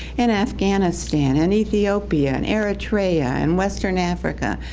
and afghanistan, and ethiopia, and eritrea, and western africa.